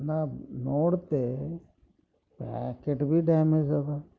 ನಾ ನೋಡ್ತೆ ಪ್ಯಾಕೆಟ್ ಬಿ ಡ್ಯಾಮೇಜದ